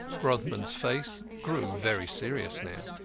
grodman's face grew very serious now.